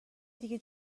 دیگه